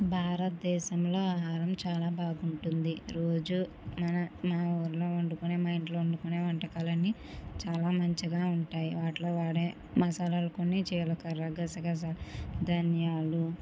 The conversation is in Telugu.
భారతదేశంలో ఆహారం చాలా బాగుంటుంది రోజూ మన మన ఊళ్ళో వండుకునే మన ఇంట్లో వండుకునే వంటకాలన్నీ చాలా మంచిగా ఉంటాయి వాటిలో వాడే మసాలాలు కొన్ని జీలకర్ర గసగసాలు ధనియాలు